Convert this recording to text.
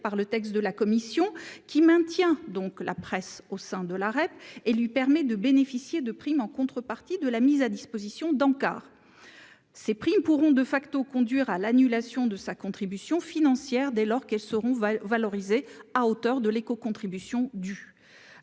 par le texte de la commission, qui maintient la presse au sein de la REP et qui la fait bénéficier de primes en contrepartie de la mise à disposition d'encarts. Ces primes pourront conduire à l'annulation de sa contribution financière dès lors qu'elles seront valorisées à hauteur de l'écocontribution due.